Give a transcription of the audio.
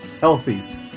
healthy